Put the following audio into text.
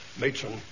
Matron